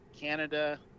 canada